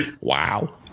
Wow